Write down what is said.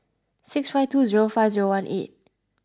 six five two zero five zero one eight